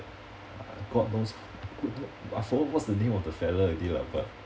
uh god knows I forgot what's the name of the fellow already lah but